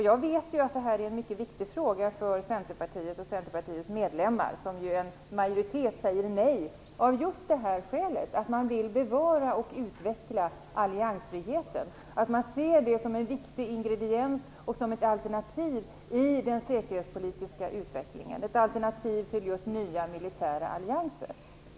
Jag vet att detta är en mycket viktig fråga för Centerpartiet och Centerpartiets medlemmar, varav en majoritet säger nej av just det skälet att man vill bevara och utveckla alliansfriheten. Man ser det som en viktig ingrediens och som ett alternativ i den säkerhetspolitiska utvecklingen, ett alternativ till just nya militära allianser.